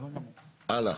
הלאה.